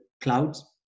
clouds